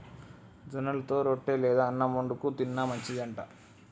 జొన్నలతో రొట్టె లేదా అన్నం వండుకు తిన్న మంచిది అంట